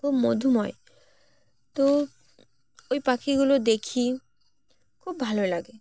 খুব মধুময় তো ওই পাখিগুলো দেখি খুব ভালো লাগে